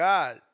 God